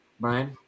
Brian